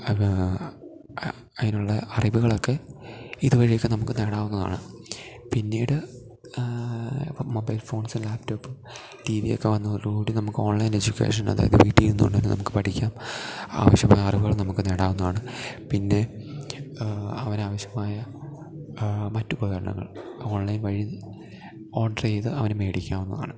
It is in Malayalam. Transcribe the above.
അതിനുള്ള അറിവുകളൊക്കെ ഇതുവഴിയൊക്കെ നമുക്ക് നേടാവുന്നതാണ് പിന്നീട് ഇപ്പം മൊബൈൽ ഫോൺസും ലാപ്ടോപ്പും ടി വിയൊക്കെ വന്നതോടൂടി നമുക്ക് ഓൺലൈൻ എഡ്യൂക്കേഷൻ അതായത് വീട്ടിൽ ഇരുന്നുകൊണ്ട് തന്നെ നമുക്ക് പഠിക്കാം ആവശ്യമായ അറിവുകൾ നമുക്ക് നേടാവുന്നതാണ് പിന്നെ അവന് ആവശ്യമായ മറ്റു ഉപകരണങ്ങൾ ഓൺലൈൻ വഴി ഓർഡർ ചെയ്ത് അവന് മേടിക്കാവുന്നതാണ്